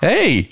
Hey